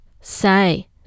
say